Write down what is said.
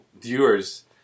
viewers